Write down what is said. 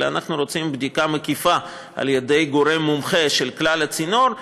אלא אנחנו רוצים בדיקה מקיפה על-ידי גורם מומחה של כלל הצינור,